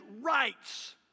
rights